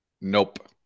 Nope